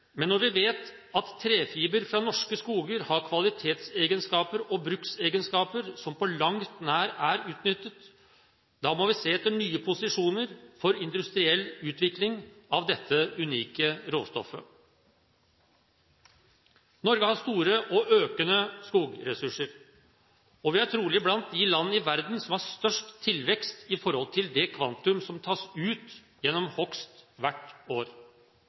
Men når vi vet at trefiber fra norske skoger har kvalitetsegenskaper og bruksegenskaper som på langt nær er utnyttet, må vi se etter nye posisjoner for industriell utvikling av dette unike råstoffet. Norge har store og økende skogressurser, og vi er trolig blant de land i verden som har størst tilvekst i forhold til det kvantum som tas ut gjennom hogst hvert år.